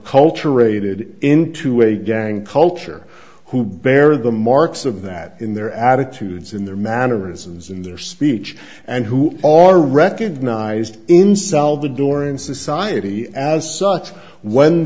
culture rated into a gang culture who bear the marks of that in their attitudes in their mannerisms in their speech and who are recognised in salvadoran society as such when